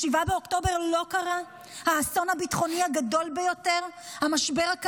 7 באוקטובר לא קרה, האסון הביטחוני הגדול ביותר?